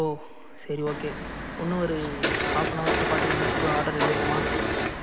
ஓ சரி ஓகே இன்னும் ஒரு half an hour to forty five minutes குள்ளே ஆடர் ரெடி ஆகிருமா